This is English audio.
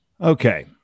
Okay